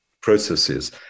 processes